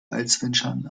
allsvenskan